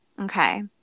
Okay